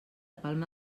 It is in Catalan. palma